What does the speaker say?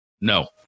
no